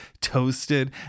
toasted